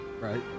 Right